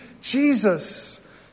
Jesus